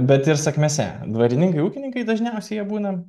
bet ir sakmėse dvarininkai ūkininkai dažniausiai jie būna